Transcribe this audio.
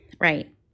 Right